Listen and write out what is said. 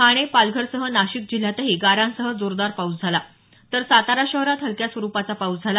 ठाणे पालघरसह नाशिक जिल्ह्यातही गारांसह जोरदार पाऊस झाला तर सातारा शहरात हलक्या स्वरूपाचा पाऊस झाला